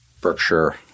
Berkshire